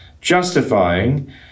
justifying